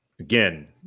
Again